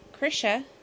Krisha